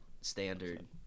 standard